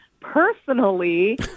Personally